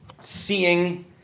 seeing